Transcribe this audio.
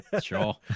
sure